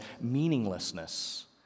meaninglessness